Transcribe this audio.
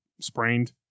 sprained